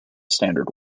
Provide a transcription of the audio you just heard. standard